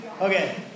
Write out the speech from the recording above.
Okay